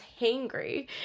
hangry